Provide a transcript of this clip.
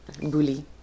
Bully